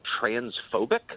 transphobic